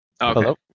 Hello